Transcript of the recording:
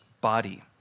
body